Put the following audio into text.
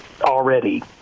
already